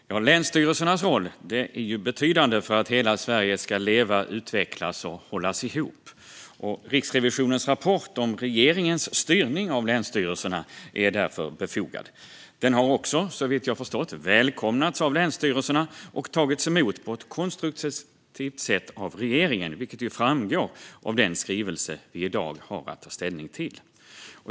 Fru talman! Länsstyrelsernas roll är betydande för att hela Sverige ska leva, utvecklas och hållas ihop. Riksrevisionens rapport om regeringens styrning av länsstyrelserna är därför befogad. Den har också, såvitt jag förstått, välkomnats av länsstyrelserna och tagits emot på ett konstruktivt sätt av regeringen, vilket ju framgår av den skrivelse vi i dag har att ta ställning till.